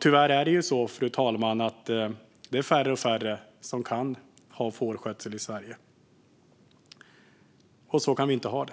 Tyvärr är det så, fru talman, att det är färre och färre som kan ägna sig åt fårskötsel i Sverige, och så kan vi inte ha det.